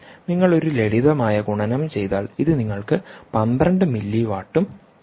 നിങ്ങൾ ഒരു ലളിതമായ ഗുണനം ചെയ്താൽ ഇത് നിങ്ങൾക്ക് 12 മില്ലിവാട്ടും 1